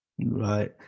right